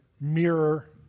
mirror